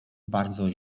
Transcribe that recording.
bardzo